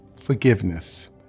forgiveness